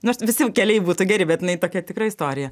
nors visi keliai būtų geri bet jinai tokia tikra istorija